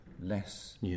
less